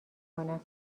کنم